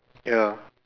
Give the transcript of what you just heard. ya